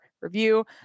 review